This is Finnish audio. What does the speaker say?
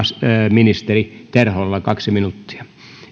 ministeri terholla kaksi minuuttia